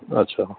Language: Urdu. اچھا